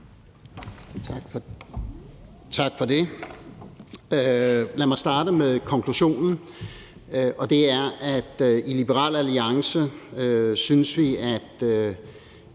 Tak for det. Lad mig starte med konklusionen,